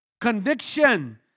conviction